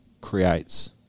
creates